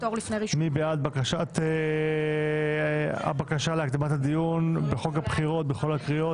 מי בעד הבקשה להקדמת הדיון בחוק בחירות בכל הקריאות?